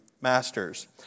masters